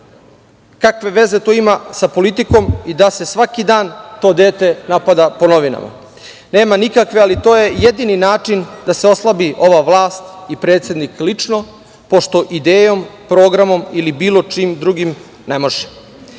Kakve veze to ima sa politikom i da se svaki dan to dete napada po novinama? Nema nikakve, ali to je jedini način da se oslabi ova vlast i predsednik lično, pošto idejom, programom ili bilo čim drugim ne može.